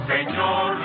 Señor